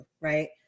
right